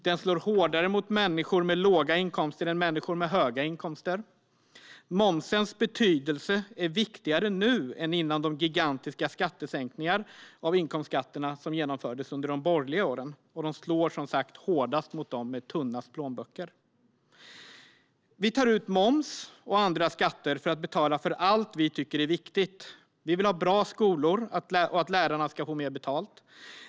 Den slår hårdare mot människor med låga inkomster än mot människor med höga inkomster. Momsens betydelse är viktigare nu än innan de gigantiska sänkningar av inkomstskatterna som genomfördes under de borgerliga åren. Momsen slår också, som sagt, hårdast mot dem med tunnast plånbok. Vi tar ut moms och andra skatter för att betala för allt som vi tycker är viktigt. Vi vill ha bra skolor, och vi vill att lärarna ska få mer betalt.